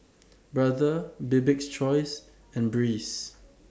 Brother Bibik's Choice and Breeze